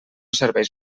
serveix